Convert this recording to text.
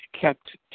kept